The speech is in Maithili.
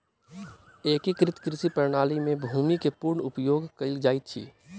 एकीकृत कृषि प्रणाली में भूमि के पूर्ण उपयोग कयल जाइत अछि